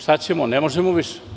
Šta ćemo, ne možemo više?